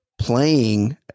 playing